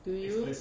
do you